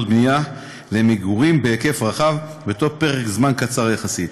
בנייה למגורים בהיקף רחב בתוך פרק זמן קצר יחסית.